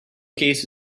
case